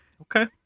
Okay